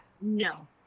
No